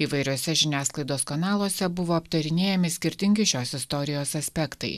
įvairiose žiniasklaidos kanaluose buvo aptarinėjami skirtingi šios istorijos aspektai